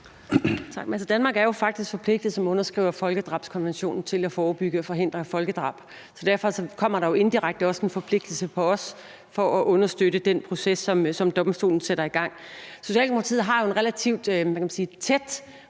Tak. Danmark er jo faktisk forpligtet som underskriver af folkedrabskonventionen til at forebygge og forhindre folkedrab. Derfor kommer der jo også indirekte en forpligtelse på os til at understøtte den proces, som domstolen sætter i gang. Socialdemokratiet har jo en relativt tæt relation til